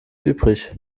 übrig